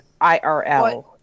IRL